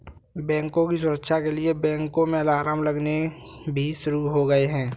बैंकों की सुरक्षा के लिए बैंकों में अलार्म लगने भी शुरू हो गए हैं